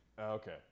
Okay